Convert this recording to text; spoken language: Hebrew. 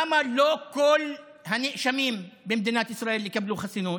למה לא כל הנאשמים במדינת ישראל יקבלו חסינות?